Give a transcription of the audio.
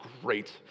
great